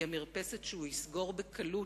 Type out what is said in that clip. היא המרפסת שהוא יסגור בקלות,